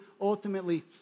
ultimately